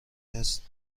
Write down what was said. است